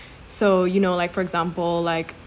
so you know like for example like you know